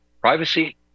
privacy